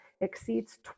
exceeds